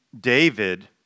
David